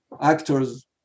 actors